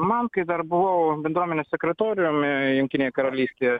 man kai dar buvau bendruomenės sekretoriumi jungtinėje karalystėje